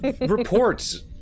Reports